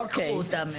אל תיקחו אותה ממני.